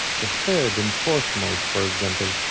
the third and fourth modes for example,